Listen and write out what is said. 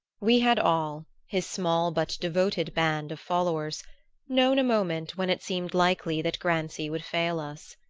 we had all his small but devoted band of followers known a moment when it seemed likely that grancy would fail us.